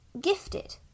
gifted